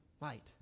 light